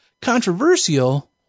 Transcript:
controversial